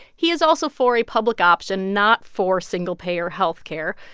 he is also for a public option not for single-payer health care,